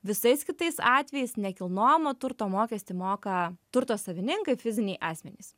visais kitais atvejais nekilnojamo turto mokestį moka turto savininkai fiziniai asmenys